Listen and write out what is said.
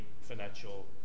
financial